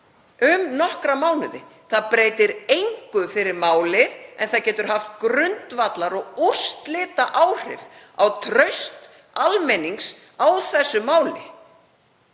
um nokkra mánuði. Það breytir engu fyrir málið en það getur haft grundvallar- og úrslitaáhrif á traust almennings á þessu máli.